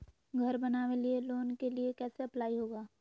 घर बनावे लिय लोन के लिए कैसे अप्लाई होगा?